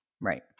Right